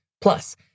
plus